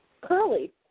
curly